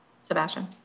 Sebastian